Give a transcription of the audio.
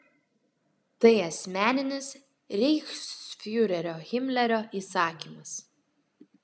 tai asmeninis reichsfiurerio himlerio įsakymas